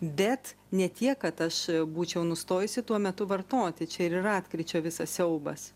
bet ne tiek kad aš būčiau nustojusi tuo metu vartoti čia ir yra atkryčio visas siaubas